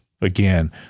again